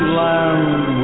land